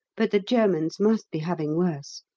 but the germans must be having worse.